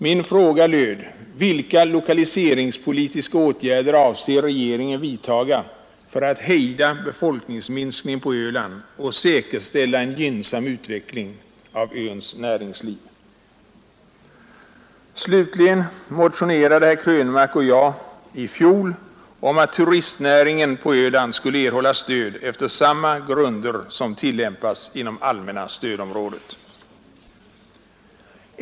Min fråga löd: Vilka lokaliseringspolitiska åtgärder avser regeringen vidtaga för att hejda befolkningsminskningen på Öland och säkerställa en gynnsam utveckling av öns näringsliv? Slutligen motionerade herr Krönmark och jag i fjol om att turistnäringen på Öland skulle erhålla stöd efter samma grunder som tillämpas inom allmänna stödområdet.